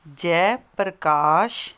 Jai Prakash